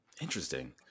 interesting